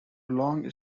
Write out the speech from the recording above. long